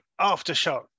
Aftershock